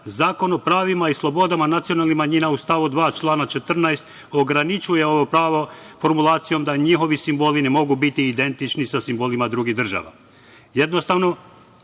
Zakon o pravima i slobodama nacionalnih manjina u stavu 2. člana 14. ograničava ovo pravo formulacijom da njihovi simboli ne mogu biti identični sa simbolima drugih država. Jednostavno,